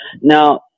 Now